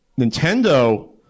Nintendo